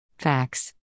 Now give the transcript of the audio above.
Facts